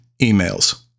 emails